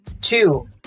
Two